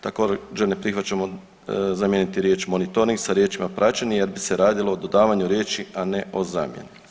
Također ne prihvaćamo zamijeniti riječ monitoring sa riječima praćeni jer bi se radilo o dodavanju riječi, a ne o zamjeni.